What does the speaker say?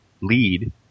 lead